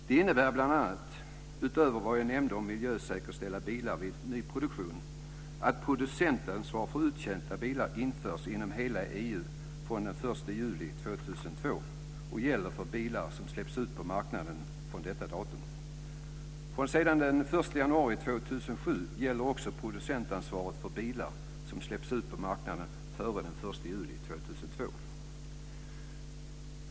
Det innebär bl.a., utöver vad jag nämnde om att miljösäkerställa bilar vid nyproduktion, att producentansvar för uttjänta bilar införs inom hela EU från den 1 juli 2002 och gäller för bilar som släpps ut på marknaden från detta datum. Från den 1 januari 2007 gäller också producentansvaret för bilar som släppts ut på marknaden före den 1 juli 2002.